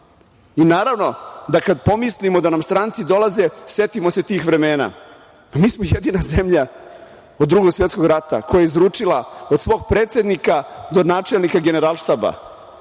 Naravno da kad pomislimo da nam stranci dolaze setimo se tih vremena. Mi smo jedina zemlja od Drugog svetskog rata koja je izručila od svog predsednika do načelnika Generalštaba,